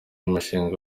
mushinga